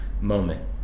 moment